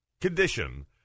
condition